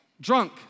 drunk